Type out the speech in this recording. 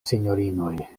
sinjorinoj